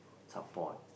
support